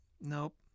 Nope